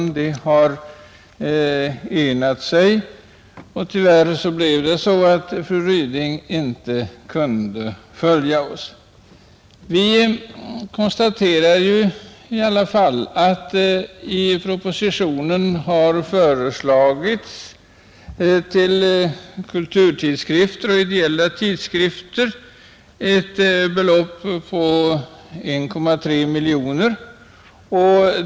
Vi är, som alla vet, 15 ledamöter i utskottet. 14 av dessa har enat sig. Tyvärr kunde fru Ryding inte följa oss. I propositionen har föreslagits till kulturtidskrifter och ideella tidskrifter ett belopp på 1,3 miljoner kronor.